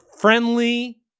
friendly